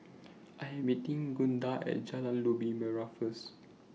I Am meeting Gunda At Jalan Labu Merah First